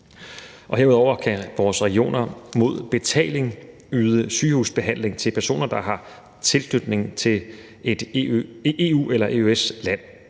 Herudover kan vores regioner mod betaling yde sygehusbehandling til personer, der har tilknytning til et EU- eller EØS-land.